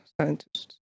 scientists